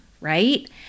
right